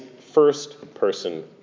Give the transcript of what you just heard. first-person